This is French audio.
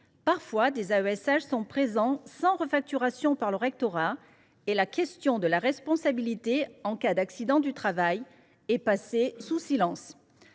Parfois, des AESH sont présents sans refacturation par le rectorat et la question de la responsabilité en cas d’accident de travail est passée sous silence.